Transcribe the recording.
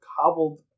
cobbled